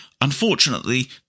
Unfortunately